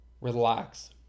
relax